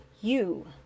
you